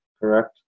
correct